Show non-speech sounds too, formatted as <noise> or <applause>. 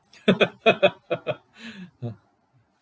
<laughs> <noise>